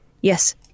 yes